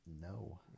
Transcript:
no